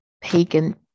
pagan